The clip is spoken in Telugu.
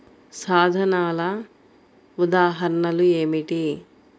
సాధనాల ఉదాహరణలు ఏమిటీ?